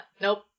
Nope